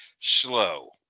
slow